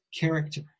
character